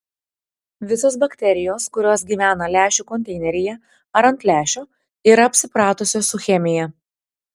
visos bakterijos kurios gyvena lęšių konteineryje ar ant lęšio yra apsipratusios su chemija